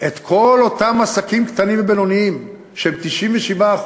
את כל אותם עסקים קטנים ובינוניים, שהם 97%,